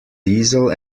diesel